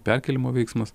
perkėlimo veiksmas